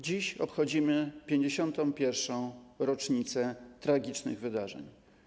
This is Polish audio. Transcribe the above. Dziś obchodzimy 51. rocznicę tragicznych wydarzeń.